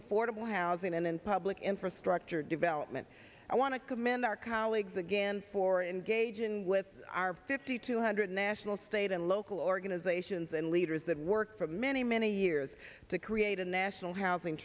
affordable housing and in public infrastructure development i want to commend our colleagues again for engaging with our fifty two hundred national state and local organizations and leaders that worked for many many years to create a national housing